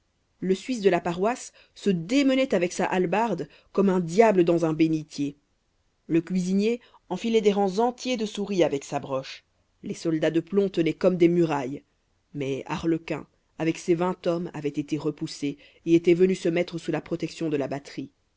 le suisse de la paroisse se démenait avec sa hallebarde comme un diable dans un bénitier le cuisinier enfilait des rangs entiers de souris avec sa broche les soldats de plomb tenaient comme des murailles mais arlequin avec ses vingt hommes avait été repoussé et était venu se mettre sous la protection de la batterie